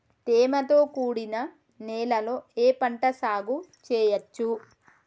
తేమతో కూడిన నేలలో ఏ పంట సాగు చేయచ్చు?